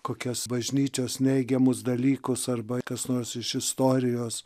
kokias bažnyčios neigiamus dalykus arba kas nors iš istorijos